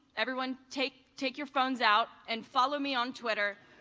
everyone take take your phones out, and follow me on twitter,